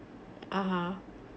(uh huh)